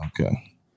Okay